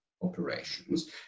operations